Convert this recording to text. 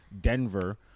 Denver